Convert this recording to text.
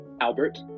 Albert